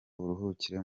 uruhukire